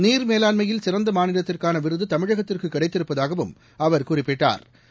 நீர் மேலாண்மையில் சிறந்த மாநிலத்திற்கான விருது தமிழகத்திற்கு கிடைத்திருப்பதாகவும் அவர் குறிப்பிட்டா்